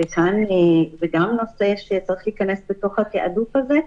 וגם נושא שצריך להיכנס בתוך התעדוף הזה,